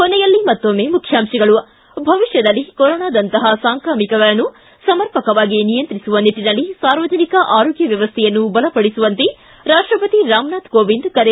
ಕೊನೆಯಲ್ಲಿ ಮತ್ತೊಮ್ಮೆ ಮುಖ್ಯಾಂಶಗಳು ಿ ಭವಿಷ್ಣದಲ್ಲಿ ಕೊರೋನಾದಂತಹ ಸಾಂಕ್ರಾಮಿಕಗಳನ್ನು ಸಮರ್ಪಕವಾಗಿ ನಿಯಂತ್ರಿಸುವ ನಿಟ್ಟನಲ್ಲಿ ಸಾರ್ವಜನಿಕ ಆರೋಗ್ಯ ವ್ಯವಸ್ಥೆಯನ್ನು ಬಲಪಡಿಸುವಂತೆ ರಾಷ್ಷಪತಿ ರಾಮನಾಥ್ ಕೋವಿಂದ್ ಕರೆ